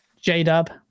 J-Dub